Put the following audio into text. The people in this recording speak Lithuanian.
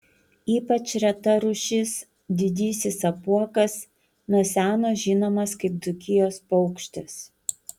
ypač reta rūšis didysis apuokas nuo seno žinomas kaip dzūkijos paukštis